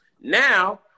Now